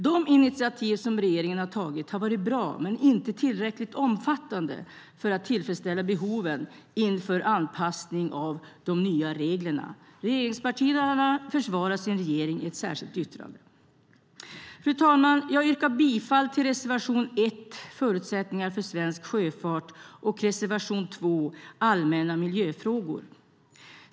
De initiativ som regeringen har tagit har varit bra men inte tillräckligt omfattande för att tillfredsställa behoven inför anpassning av de nya reglerna. Regeringspartierna försvarar sin regering i ett särskilt yttrande. Fru talman! Jag yrkar bifall till reservation 1 om förutsättningar för svensk sjöfart och reservation 2 om allmänna miljöfrågor.